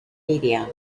media